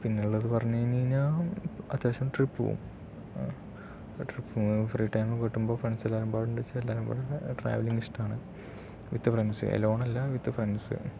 പിന്നെ ഉള്ളത് പറഞ്ഞു കഴിഞ്ഞു കഴിഞ്ഞാൽ അത്യാവശ്യം ട്രിപ്പ് പോകും ട്രിപ്പ് പോകും ഫ്രീ ടൈം കിട്ടുമ്പോൾ ഫ്രണ്ട്സ് എല്ലാവരും ട്രാവെല്ലിങ് ഇഷ്ടമാണ് വിത്ത് ഫ്രണ്ട്സ് എലോൺ അല്ല വിത്ത് ഫ്രണ്ട്സ്